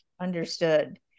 Understood